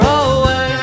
away